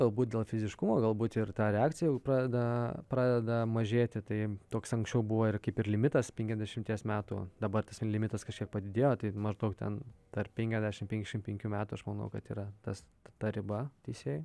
galbūt dėl fiziškumo galbūt ir ta reakcija jau pradeda pradeda mažėti tai toks anksčiau buvo ir kaip ir limitas penkiasdešimties metų dabar tas limitas kažkiek padidėjo tai maždaug ten tarp penkiasdešimt penkiasdešimt penkių metų aš manau kad yra tas ta riba teisėjui